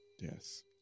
yes